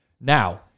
Now